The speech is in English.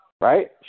right